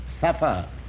suffer